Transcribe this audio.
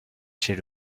chez